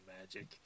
magic